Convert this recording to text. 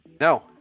No